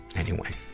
anyway.